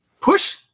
push